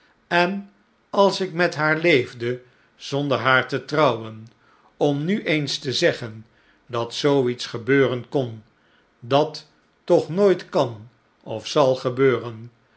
en als ik met haar leefde zonder haar te trouwen om nu eens te zeggen dat zoo iets gebeuren kon dat toch nooit kan of zal gebeuren